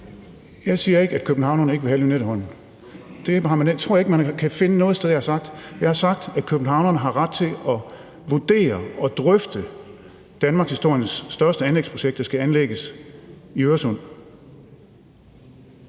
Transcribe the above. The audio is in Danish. Jeg siger ikke, at københavnerne ikke vil have Lynetteholmen – det tror jeg ikke at man kan finde noget sted jeg har sagt. Jeg har sagt, at københavnerne har ret til at vurdere og drøfte danmarkshistoriens største anlægsprojekt, der skal anlægges i Øresund.